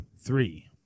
three